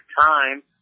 time